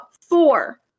four